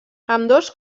ambdós